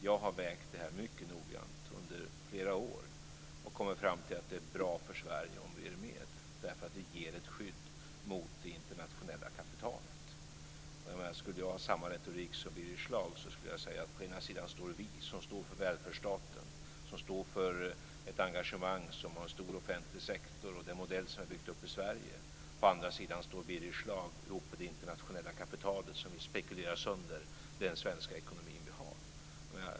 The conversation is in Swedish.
Jag har vägt det här mycket noggrant under flera år och har kommit fram till att det är bra för Sverige om vi är med därför att det ger ett skydd mot det internationella kapitalet. Om jag skulle ha samma retorik som Birger Schlaug skulle jag säga att på ena sidan står vi som står för välfärdsstaten, som står för ett engagemang, som har en stor offentlig sektor och den modell som vi har byggt upp i Sverige. På andra sidan står Birger Schlaug ihop med det internationella kapitalet, som vill spekulera sönder den svenska ekonomi som vi har.